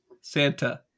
Santa